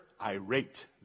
irate